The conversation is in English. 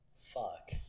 fuck